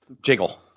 Jiggle